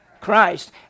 christ